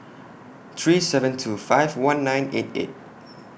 three seven two five one nine eight eight